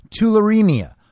tularemia